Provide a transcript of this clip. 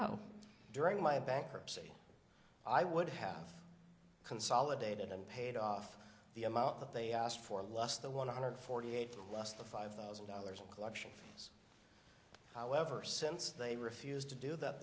out during my bankruptcy i would have consolidated and paid off the amount that they asked for less the one hundred forty eight plus the five thousand dollars in collection however since they refused to do that